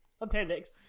Appendix